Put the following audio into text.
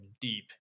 deep